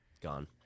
gone